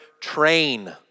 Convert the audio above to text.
train